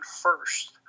first